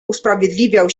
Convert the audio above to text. usprawiedliwiał